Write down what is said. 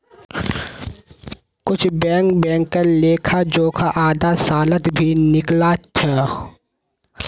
कुछु बैंक बैंकेर लेखा जोखा आधा सालत भी निकला छ